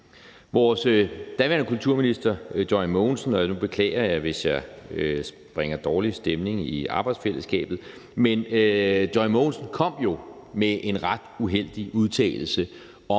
Vores daværende kulturminister, Joy Mogensen – og nu beklager jeg, hvis jeg bringer dårlig stemning i arbejdsfællesskabet – kom jo med en ret uheldig udtalelse om,